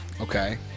okay